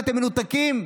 אתם מנותקים?